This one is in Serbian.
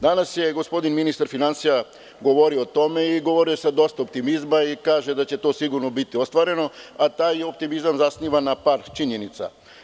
Danas je gospodin ministar finansija govorio o tome sa dosta optimizma i kaže da će to sigurno biti ostvareno, a taj optimizam zasniva na par činjenica.